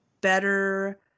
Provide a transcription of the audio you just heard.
better